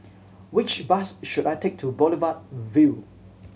which bus should I take to Boulevard Vue